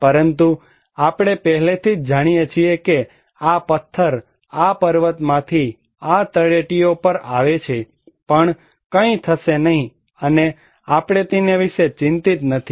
પરંતુ આપણે પહેલેથી જ જાણીએ છીએ કે આ પથ્થર આ પર્વતમાંથી આ તળેટીઓ પર આવે છે પણ કંઈ થશે નહીં અને આપણે તેના વિશે ચિંતિત નથી